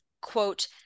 quote